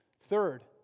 Third